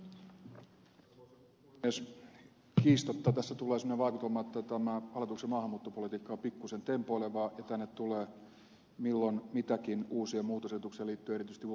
kiistatta tässä tulee sellainen vaikutelma että tämä hallituksen maahanmuuttopolitiikka on pikkuisen tempoilevaa ja tänne tulee milloin mitäkin uusia muutosehdotuksia liittyen erityisesti ulkomaalaislakiin